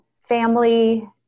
family